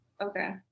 Okay